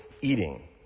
eating